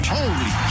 Holy